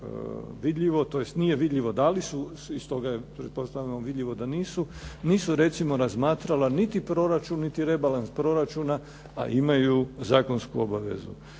iz izvještaja tj. nije vidljivo, dali su i stoga je pretpostavljam vidljivo da nisu, nisu recimo razmatrala niti proračun, niti rebalans proračuna, a imaju zakonsku obavezu.